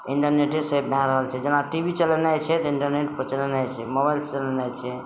इन्टरनेटे से भए रहल छै जेना टी भी चलेनाइ छै तऽ इन्टरनेट पर चलेनाइ छै मोबाइलसँ चलेनाइ छै